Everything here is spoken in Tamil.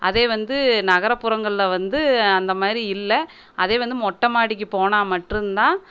அதே வந்து நகர்ப்புறங்கள்ல வந்து அந்த மாதிரி இல்லை அதே வந்து மொட்டை மாடிக்கு போனால் மட்டும்தான்